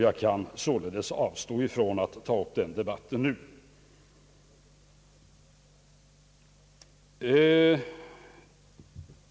Jag kan således avstå från att ta upp den debatten nu.